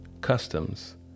customs